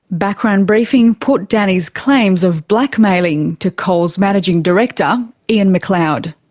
background briefing put danny's claims of blackmailing to coles managing director, ian mcleod.